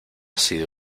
sido